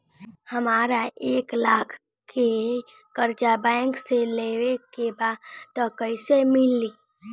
हमरा एक लाख के कर्जा बैंक से लेवे के बा त कईसे मिली?